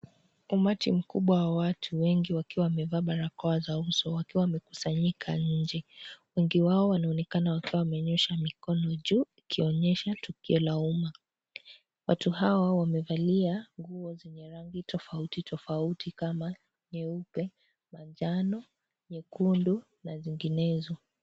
Umati mkubwa wa watu wengi wakiwa wamevaa barakoa za uso wakiwa wamekuanyika nje. Wengi wao wanaonekana wakiwa wamenyosha mikono juu ikionyesha tukio la umma. Watu hao wamevalia nguo zenye rangi tofauti, tofauti kama nyeupe, manjano, nyekundu na zinginezo.